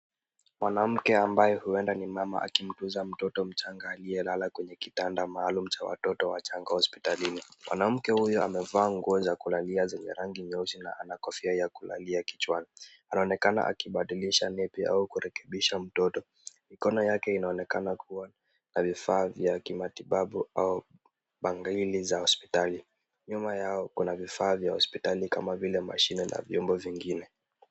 Mwanamke ambaye huenda ni mama akimguza mtoto mchanga, aliyelala kwenye kitanda maalum cha watoto wachanga hospitalini. Mwanamke huyu amevaa nguo za kulalia zenye rangi nyeusi na ana kofia ya kulalia kichwani. Anaonekana akibadilisha nepi au kurekebisha mtoto. Mikono yake inaonekana kuwa na vifaa vya kimatibabu au bangili za hospitali. Nyuma yao kuna vifaa vya hospitali kama vile mashine na vyombo vingine.